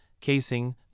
casing